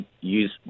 use